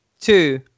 two